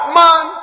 man